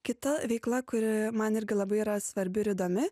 kita veikla kuri man irgi labai yra svarbi ir įdomi